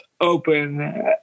open